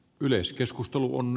yleiskeskusteluun